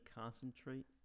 concentrate